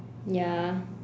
ya